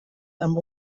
amb